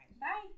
Bye